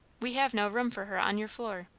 we have no room for her on your floor.